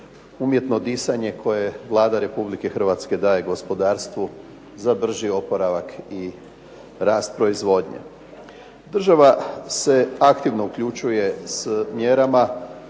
umjetno disanje koje Vlada Republike Hrvatske daje gospodarstvu za brži oporavak i rast proizvodnje. Država se aktivno uključuje s mjerama